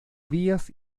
días